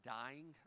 dying